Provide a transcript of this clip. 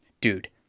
dude